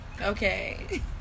okay